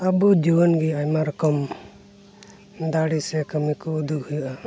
ᱟᱵᱚ ᱡᱩᱣᱟᱹᱱ ᱜᱮ ᱟᱭᱢᱟ ᱨᱚᱠᱚᱢ ᱫᱟᱲᱮ ᱥᱮ ᱠᱟᱹᱢᱤ ᱠᱚ ᱩᱫᱩᱜ ᱦᱩᱭᱩᱜᱼᱟ